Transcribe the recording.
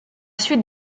suite